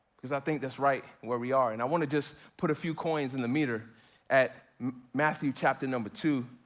cause i think that's right where we are. and i wanna just put a few coins in the meter at matthew chapter number two,